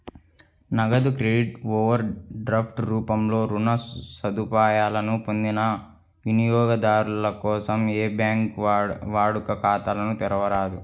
నగదు credit, overdraft రూపంలో రుణ సదుపాయాలను పొందిన వినియోగదారుల కోసం ఏ బ్యాంకూ వాడుక ఖాతాలను తెరవరాదు